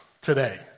today